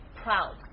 ，proud，